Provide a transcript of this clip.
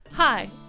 Hi